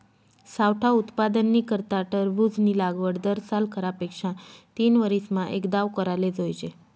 सावठा उत्पादननी करता टरबूजनी लागवड दरसाल करा पेक्षा तीनवरीसमा एकदाव कराले जोइजे